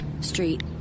street